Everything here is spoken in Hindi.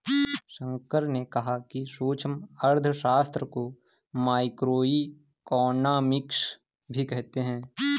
शंकर ने कहा कि सूक्ष्म अर्थशास्त्र को माइक्रोइकॉनॉमिक्स भी कहते हैं